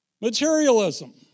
Materialism